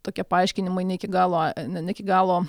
tokie paaiškinimai ne iki galo ne iki galo